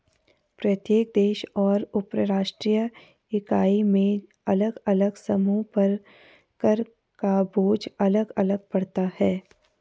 प्रत्येक देश और उपराष्ट्रीय इकाई में अलग अलग समूहों पर कर का बोझ अलग अलग पड़ता है